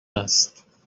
است